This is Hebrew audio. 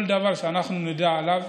כל דבר שנדע עליו